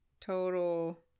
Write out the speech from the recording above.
total